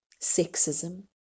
sexism